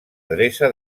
adreça